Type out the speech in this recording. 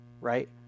right